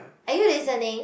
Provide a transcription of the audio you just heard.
are you listening